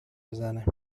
بزنه